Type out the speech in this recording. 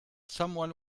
someone